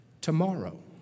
Tomorrow